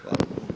Hvala.